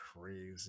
Crazy